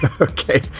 Okay